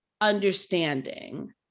understanding